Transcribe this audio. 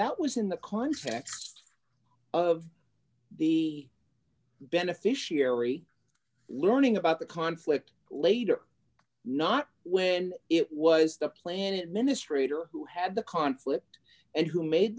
that was in the context of the beneficiary learning about the conflict later not when it was the plan administrator who had the conflict and who made